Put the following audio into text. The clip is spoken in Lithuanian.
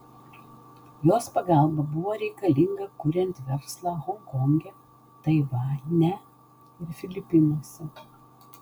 jos pagalba buvo reikalinga kuriant verslą honkonge taivane ir filipinuose